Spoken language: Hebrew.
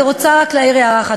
אבל אני רוצה רק להעיר הערה אחת.